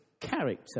character